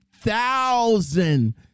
thousand